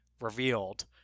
revealed